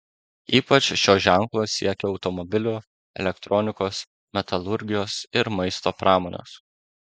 ypač šio ženklo siekia automobilių elektronikos metalurgijos ir maisto pramonės